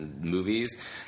movies